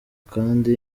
kandi